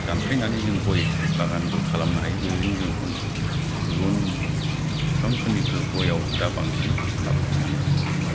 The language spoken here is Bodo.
दानफायनानै जों गय बागानबो खालायनो हायो बेबायदिनो गुबुन फिफांफोरनिफ्राय दा गयाव बांसिन लाभ मोनो